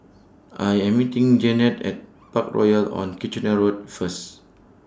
I Am meeting Janette At Parkroyal on Kitchener Road First